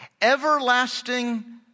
Everlasting